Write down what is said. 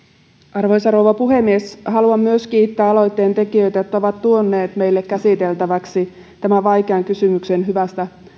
arvoisa rouva puhemies haluan myös kiittää aloitteen tekijöitä että ovat tuoneet meille käsiteltäväksi tämän vaikean kysymyksen hyvästä